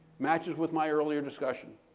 matches with my earlier discussion,